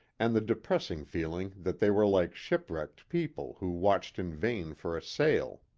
and the depressing feeling that they were like shipwrecked people who watched in vain for a sail.